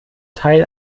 teil